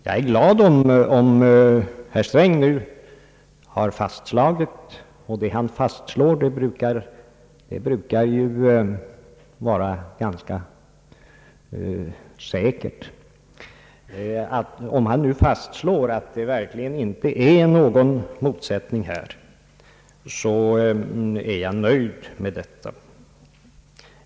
Jag är glad om herr Sträng nu har fastslagit — det han fastslår brukar förefalla ganska säkert — att det verkligen inte finns någon motsättning härvidlag, och jag är nöjd med detta.